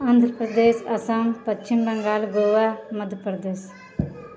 Andhra Pradesh Assam Paschim Bangal Goa Madhya Pradesh